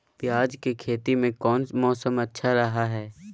प्याज के खेती में कौन मौसम अच्छा रहा हय?